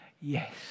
yes